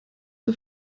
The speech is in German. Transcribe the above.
der